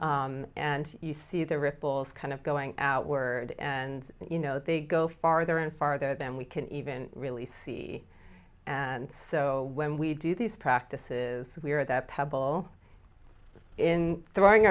and you see the ripples kind of going outward and you know they go farther and farther then we can even really see and so when we do these practices we are that pebble in throwing